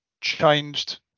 changed